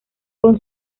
con